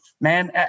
man